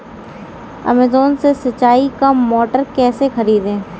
Amazon से सिंचाई का मोटर कैसे खरीदें?